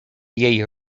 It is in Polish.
jej